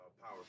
Power